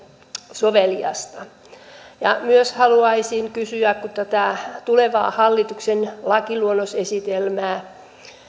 soveliasta haluaisin kysyä myös kun tätä tulevaa hallituksen lakiluonnosesitelmää